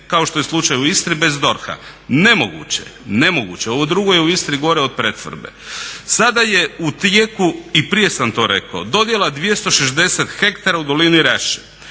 kao što je slučaj u Istri, bez DORH-a. Nemoguće, nemoguće, ovo drugo je u Istri gore od pretvorbe. Sada je u tijeku, i prije sam to rekao, dodjela 260 hektara u dolini Raše.